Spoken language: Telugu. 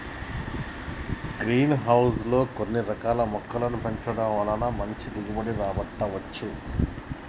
గ్రీన్ హౌస్ లో కొన్ని రకాల మొక్కలను పెంచడం వలన మంచి దిగుబడి రాబట్టవచ్చు